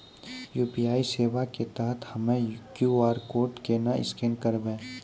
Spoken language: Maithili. यु.पी.आई सेवा के तहत हम्मय क्यू.आर कोड केना स्कैन करबै?